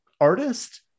artist